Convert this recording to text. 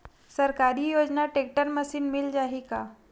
सरकारी योजना tractor machine मिल जाही का?